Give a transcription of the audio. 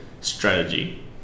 strategy